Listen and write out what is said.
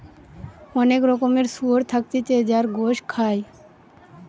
অনেক রকমের শুয়োর থাকতিছে যার গোস খায়